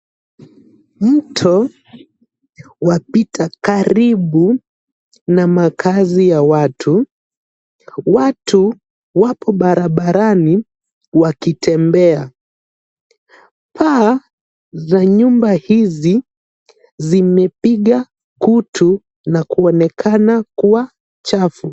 Mto wapita karibu na makaazi ya watu. Watu wapo barabarani wakitembea. Paa za nyumba hizi zimepiga kutu na kuonekana kuwa chafu.